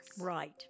Right